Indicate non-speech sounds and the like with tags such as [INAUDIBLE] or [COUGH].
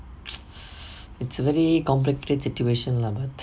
[NOISE] [BREATH] it's really complicated situation lah but